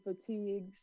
fatigues